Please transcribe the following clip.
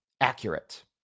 accurate